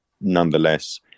nonetheless